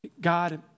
God